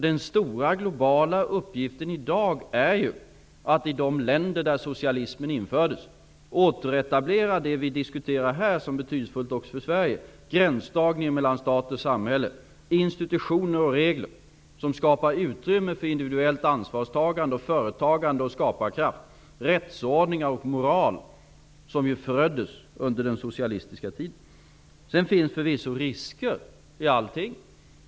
Den stora, globala uppgiften i dag är att i de länder där socialismen infördes återetablera det som vi här diskuterar som betydelsefullt också för Sverige: gränsdragningen mellan stat och samhälle, institutioner och regler-- som skapar utrymme för individuellt ansvarstagande, företagande och skaparkraft, rättsordning och moral-- som ju föröddes under den socialistiska tiden. Förvisso finns det risker med allting.